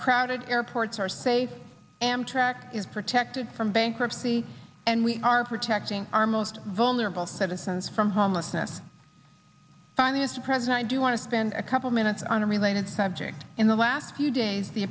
crowded airports are safe and track is protected from bankruptcy and we are protecting our most vulnerable citizens from homelessness funniest president i do want to spend a couple minutes on a related subject in the last few days the